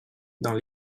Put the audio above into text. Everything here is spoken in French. dans